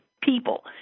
people